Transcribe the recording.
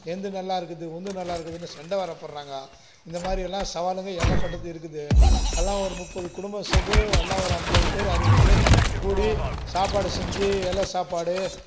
என்னுது நல்லாயிருக்குது உன்னுது நல்லாயிருக்குது சண்டை வேறு போடுறாங்க இந்த மாதிரியல்லாம் சவாலுங்கள் ஏகப்பட்டது இருக்குது எல்லாம் ஒரு முப்பது குடும்பம் சேர்ந்து எல்லாம் ஒரு ஐம்பது பேர் அறுபது பேர் கூடி சாப்பாடு செஞ்சு இலை சாப்பாடு